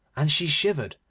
and she shivered,